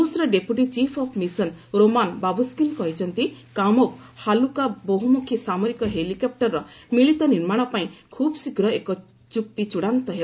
ରୁଷ୍ର deputy chief of mission Roman Babushkin କହିଛନ୍ତି 'Kamov' ହାଲୁକା ବହୁମୁଖୀ ସାମରିକ ହେଲିକପ୍ଟରର ମିଳିତ ନିର୍ମାଣ ପାଇଁ ଖୁବ୍ଶୀଘ୍ର ଏକ ଚୁକ୍ତି ଚୂଡ଼ାନ୍ତ ହେବ